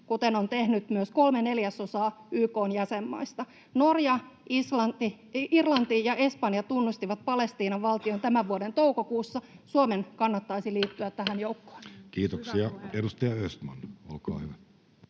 kuten on tehnyt myös kolme neljäsosaa YK:n jäsenmaista. Norja, Irlanti ja Espanja tunnustivat Palestiinan valtion tämän vuoden toukokuussa. Suomen kannattaisi liittyä tähän joukkoon. [Speech 50] Speaker: